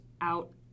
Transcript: out